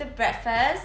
kita breakfast